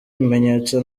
ibimenyetso